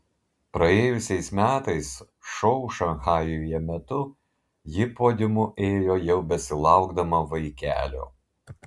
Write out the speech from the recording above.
praėjusiais metais šou šanchajuje metu ji podiumu ėjo jau besilaukdama vaikelio